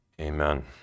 Amen